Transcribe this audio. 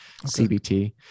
CBT